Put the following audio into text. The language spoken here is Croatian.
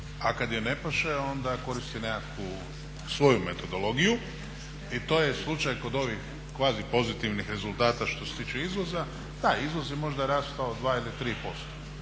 a kada joj ne paše onda koristi svoju nekakvu svoju metodologiju i to je slučaj kod ovih kvazi pozitivnih rezultata što se tiče izvoza. Da, izvoz je možda rastao 2 ili 3%,